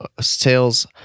sales